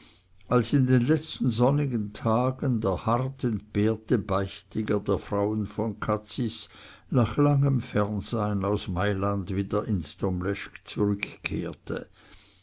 als in den letzten sonnigen tagen der hart entbehrte beichtiger der frauen von cazis nach langem fernsein aus malland wieder ins domleschg zurückkehrte